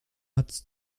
hat